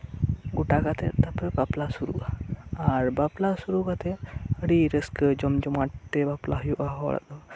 ᱜᱚᱴᱟ ᱠᱟᱛᱮᱫ ᱛᱟᱨᱯᱚᱨᱮ ᱵᱟᱯᱞᱟ ᱥᱩᱨᱩᱜᱼᱟ ᱟᱨ ᱵᱟᱯᱞᱟ ᱥᱩᱨᱩ ᱠᱟᱛᱮᱫ ᱟᱹᱰᱤ ᱨᱟᱹᱥᱠᱟᱹ ᱡᱚᱢᱡᱚᱢᱟᱴ ᱛᱮ ᱵᱟᱯᱞᱟ ᱦᱩᱭᱩᱜᱼᱟ ᱦᱚᱲᱟᱜ ᱫᱚ